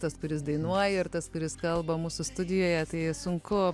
tas kuris dainuoja ir tas kuris kalba mūsų studijoje tai sunku